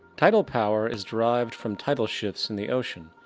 tidal power is derived from tidal shifts in the ocean.